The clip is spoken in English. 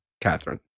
Catherine